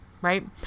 right